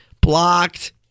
Blocked